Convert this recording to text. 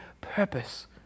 purpose